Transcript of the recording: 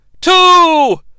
two